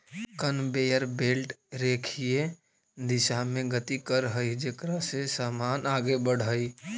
conveyor belt रेखीय दिशा में गति करऽ हई जेकरा से समान आगे बढ़ऽ हई